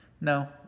No